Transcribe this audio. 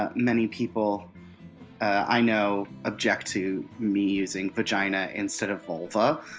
ah many people i know object to me using! vagina! instead of! vulva.